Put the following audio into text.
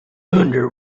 under